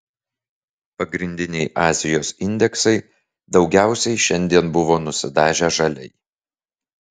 pagrindiniai azijos indeksai daugiausiai šiandien buvo nusidažę žaliai